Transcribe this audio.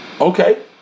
Okay